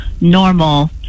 normal